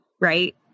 Right